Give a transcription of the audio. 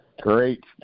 great